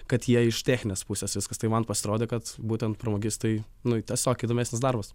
kad jie iš techninės pusės viskas tai man pasirodė kad būtent pramogistai nu tiesiog įdomesnis darbas